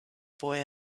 boy